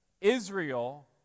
Israel